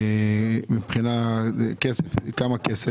כמה כסף?